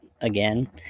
again